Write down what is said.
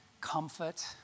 comfort